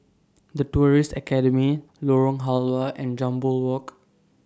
The Tourism Academy Lorong Halwa and Jambol Walk